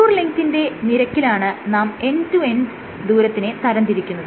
contour ലെങ്ത്തിന്റെ നിരക്കിലാണ് നാം എൻഡ് ടു എൻഡ് ദൂരത്തിനെ തരംതിരിക്കുന്നത്